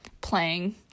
playing